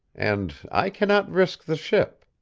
and i cannot risk the ship.